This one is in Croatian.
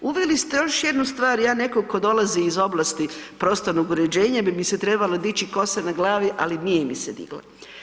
Uveli ste još jednu stvar, ja netko tko dolazi iz oblasti prostornog uređenja bi mi se trebala dići kosa na glavi, ali nije mi se digla.